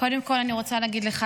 קודם כול אני רוצה להגיד לך,